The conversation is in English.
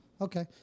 Okay